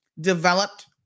developed